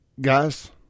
Guys